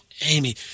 Amy